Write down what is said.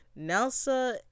Nelsa